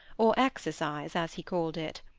or exercise, as he called it.